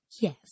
Yes